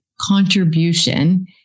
contribution